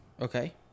Okay